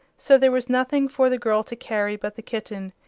so there was nothing for the girl to carry but the kitten,